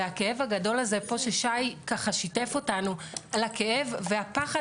והכאב הגדול הזה פה ששי שיתף אותנו על הכאב והפחד